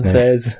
says